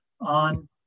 on